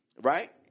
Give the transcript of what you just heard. right